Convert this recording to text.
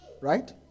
Right